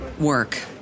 work